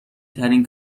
ترین